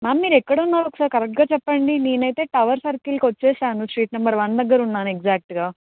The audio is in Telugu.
మ్యామ్ మీరు ఎక్కడ ఉన్నారు ఒకసారి కరెక్టుగా చెప్పండి నేను అయితే టవర్ సర్కిల్కి వచ్చాను స్ట్రీట్ నెంబర్ వన్ దగ్గర ఉన్నాను ఎగ్జాక్ట్గా